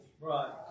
Right